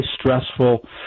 stressful